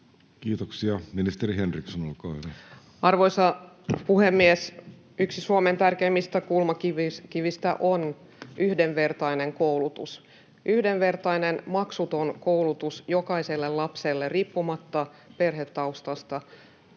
Ohisalo vihr) Time: 16:12 Content: Arvoisa puhemies! Yksi Suomen tärkeimmistä kulmakivistä on yhdenvertainen koulutus, yhdenvertainen maksuton koulutus jokaiselle lapselle riippumatta perhetaustasta.